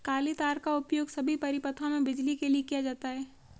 काली तार का उपयोग सभी परिपथों में बिजली के लिए किया जाता है